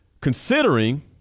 considering